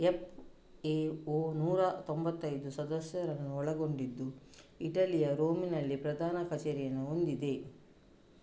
FAO ನೂರಾ ತೊಂಭತ್ತೈದು ಸದಸ್ಯರನ್ನು ಒಳಗೊಂಡಿದ್ದು ಇಟಲಿಯ ರೋಮ್ ನಲ್ಲಿ ಪ್ರಧಾನ ಕಚೇರಿಯನ್ನು ಹೊಂದಿದೆ